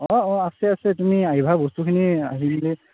অঁ অঁ আছে আছে তুমি আহিবা বস্তুখিনি আহিলে